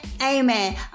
Amen